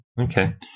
Okay